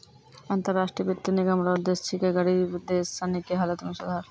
अन्तर राष्ट्रीय वित्त निगम रो उद्देश्य छिकै गरीब देश सनी के हालत मे सुधार